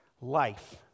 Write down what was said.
life